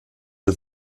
der